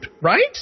Right